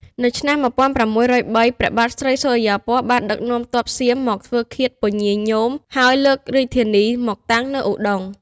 នៅឆ្នាំ ១៦០៣ ព្រះបាទស្រីសុរិយោពណ៌បានដឹកនាំទ័ពសៀមមកធ្វើឃាតពញាញោម ហើយលើករាជធានីមកតាំងនៅឧដុង្គ។